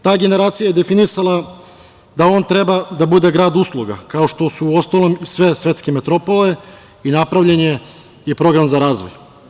Ta generacija je definisala da on treba da bude grad usluga, kao što su, uostalom, i sve svetske metropole i napravljen je i program za razvoj.